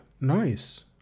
nice